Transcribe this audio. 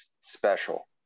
special